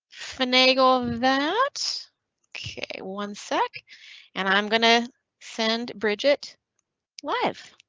finagle that k one second and i'm gonna send bridget live.